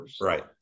Right